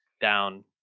down